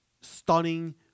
stunning